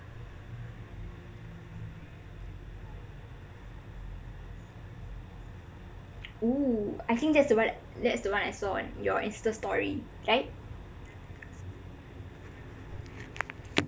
oh I think that's the [one] that's the [one] I saw on your insta story right